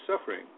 suffering